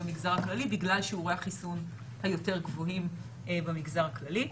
במגזרי הכללי בגלל שיעורי החיסון היותר גבוהים במגזר הכללי.